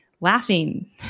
laughing